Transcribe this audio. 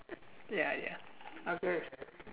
ya ya okay